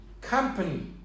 company